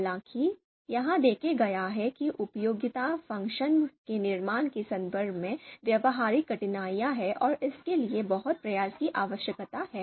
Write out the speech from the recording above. हालांकि यह देखा गया है कि उपयोगिता समारोह के निर्माण के संदर्भ में व्यावहारिक कठिनाइयां हैं और इसके लिए बहुत प्रयास की आवश्यकता है